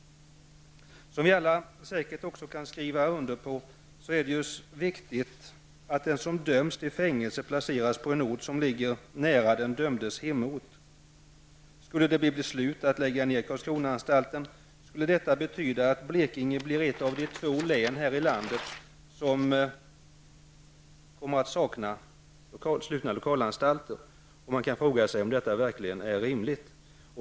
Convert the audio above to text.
Vi skriver säkert alla under att det är viktigt att den som döms till fängelse placeras nära den dömdes hemort. Skulle det fattas beslut om att lägga ner Karlskronaanstalten skulle det betyda att Blekinge blir ett av två län som kommer att sakna slutna lokalanstalter. Är detta verkligen rimligt?